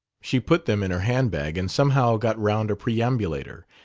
she put them in her handbag and somehow got round a perambulator,